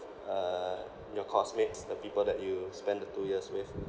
uh your coursemates the people that you spent the two years with